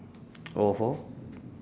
oh (ho)